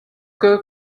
girl